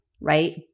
right